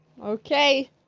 Okay